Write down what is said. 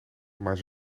maar